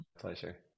pleasure